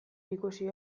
ikusi